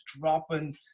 dropping